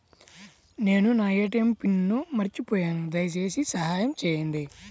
నేను నా ATM pin మర్చిపోయాను దయచేసి సహాయం చేయండి